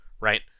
right